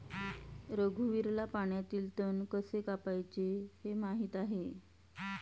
रघुवीरला पाण्यातील तण कसे कापायचे हे माहित आहे